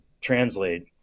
translate